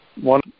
One